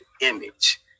image